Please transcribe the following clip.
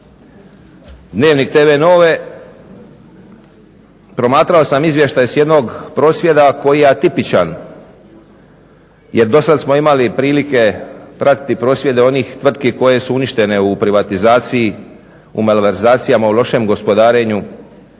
dnevnik tv nove, promatrao sam izvještaj s jednog prosvjeda koji je atipičan. Jer dosad smo imali prilike pratiti prosvjede onih tvrtki koje su uništene u privatizaciji, u malverzacijama, u lošem gospodarenju.